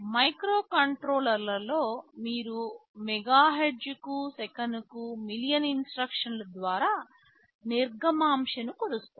మైక్రోకంట్రోలర్లలో మీరు మెగాహెర్ట్జ్కు సెకనుకు మిలియన్ ఇన్స్ట్రక్షన్లు ద్వారా నిర్గమాంశను కొలుస్తారు